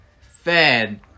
fed